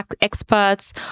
experts